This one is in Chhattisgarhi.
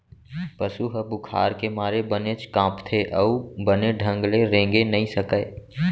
पसु ह बुखार के मारे बनेच कांपथे अउ बने ढंग ले रेंगे नइ सकय